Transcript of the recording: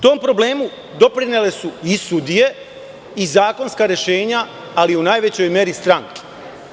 To problemu doprinele su i sudije i zakonska rešenja, ali u najvećoj meri stranke.